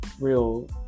real